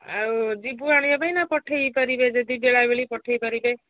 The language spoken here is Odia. ଆଉ ଯିବୁ ଆଣିବା ପାଇଁ ନା ପଠେଇ ପାରିବେ ଯଦି ବେଳାବେଳି ପଠେଇ ପାରିବେ